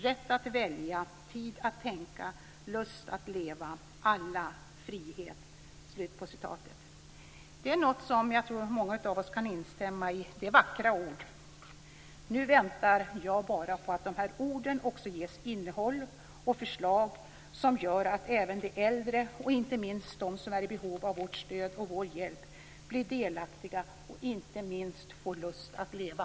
Rätt att välja, tid att tänka, lust att leva! Alla! Frihet!" Det är något som jag tror att många av oss kan instämma i. Det är vackra ord. Nu väntar jag bara på att orden ges innehåll och på att man ger förslag som gör att även de äldre och inte minst de som är i behov av vårt stöd och vår hjälp blir delaktiga och inte minst får lust att leva.